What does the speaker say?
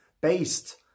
Based